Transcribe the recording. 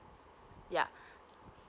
yup